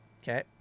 Okay